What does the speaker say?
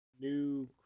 New